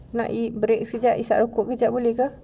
nak break sekejap hisap rokok kejap boleh ke